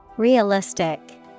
Realistic